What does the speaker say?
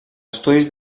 estudis